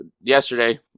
yesterday